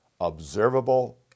observable